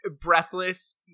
breathless